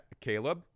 Caleb